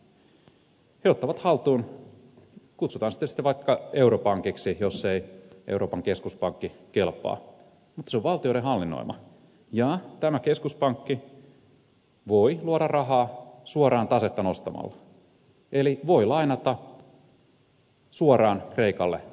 nämä valtiot ottavat haltuun tämän pankin kutsutaan sitä sitten vaikka europankiksi jos ei euroopan keskuspankki kelpaa mutta se on valtioiden hallinnoima ja tämä keskuspankki voi luoda rahaa suoraan tasetta nostamalla eli voi lainata suoraan kreikalle rahaa